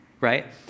right